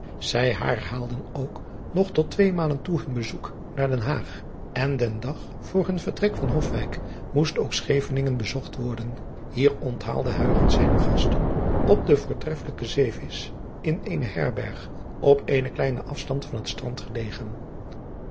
ij herhaalden ook nog tot tweemaalen toe hun bezoek naar den aag en den dag voor hun vertrek van ofwijk moest ook cheveningen bezocht worden ier onthaalde zijne gasten op den voortreffelijken zeevisch in eene herberg op eenen kleinen afstand van het strand gelegen